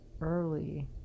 early